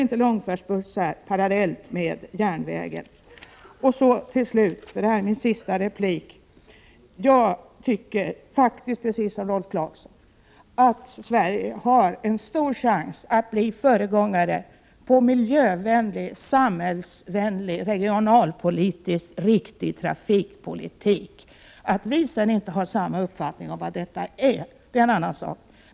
Till slut, eftersom detta är min sista replik: Jag tycker faktiskt precis som Rolf Clarkson att Sverige har en stor chans att bli föregångare på miljövänlig, samhällsvänlig regionalpolitiskt riktig trafikpolitik. Att vi sedan inte har samma uppfattning om vad detta är, det är en annan sak.